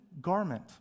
garment